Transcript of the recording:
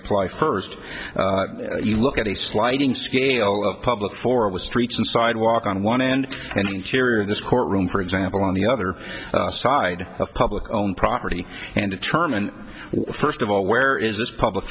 apply first you look at a sliding scale of public for was streets and sidewalk on one end and this courtroom for example on the other side of public own property and determine first of all where is this public